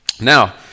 Now